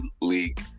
League